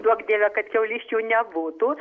duok dieve kad kiaulysčių nebūtų